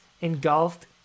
engulfed